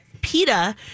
PETA